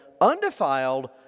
undefiled